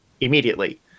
immediately